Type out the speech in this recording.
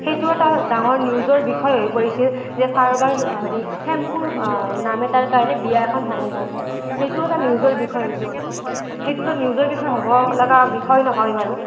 সেইটো এটা ডাঙৰ নিউজৰ বিষয় হৈ পৰিছিল যে কাৰোবাৰ হেৰি চেম্পুৰ নাম এটাৰ কাৰণে বিয়া এখন ভাঙি গ'ল সেইটো এটা নিউজৰ বিষয় হৈছিল সেইটোটো নিউজৰ বিষয় হ'ব লগা বিষয় নহয় বাৰু